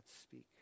speak